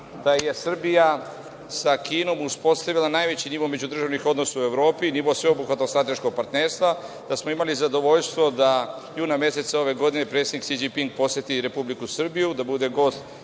da je Srbija sa Kinom uspostavila najveći nivo međudržavnih odnosa u Evropi, nivo sveobuhvatnog strateškog partnerstva, da smo imali zadovoljstvo da juna meseca ove godine, predsednik Si Đinping poseti Republiku Srbiju, da bude gost